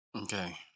Okay